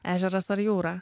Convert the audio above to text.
ežeras ar jūra